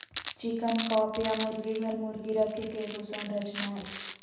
chicken coop या मुर्गी घर, मुर्गी रखे के एगो संरचना हइ